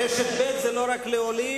רשת ב' זה לא רק לעולים,